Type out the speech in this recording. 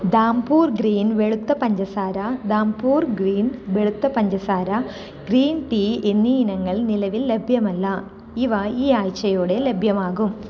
Dhampur green വെളുത്ത പഞ്ചസാര Dhampur green വെളുത്ത പഞ്ചസാര ഗ്രീൻ ടീ എന്നീ ഇനങ്ങൾ നിലവിൽ ലഭ്യമല്ല ഇവ ഈ ആഴ്ചയോടെ ലഭ്യമാകും